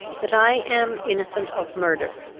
that i am innocent of murder,